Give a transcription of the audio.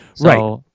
Right